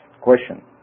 question